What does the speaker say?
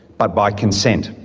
but by consent.